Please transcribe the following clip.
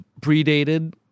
predated